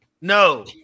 No